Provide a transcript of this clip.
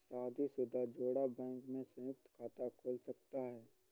शादीशुदा जोड़ा बैंक में संयुक्त खाता खोल सकता है